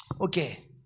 Okay